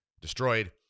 destroyed